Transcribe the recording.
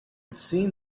seen